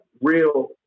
real